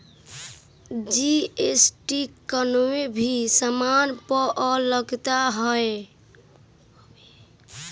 GST कवनो भी सामान पअ लागत हवे